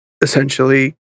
essentially